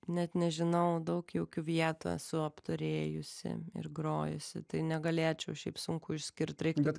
net nežinau daug jaukių vietų esu apturėjusi ir grojusi tai negalėčiau šiaip sunku išskirt reiktų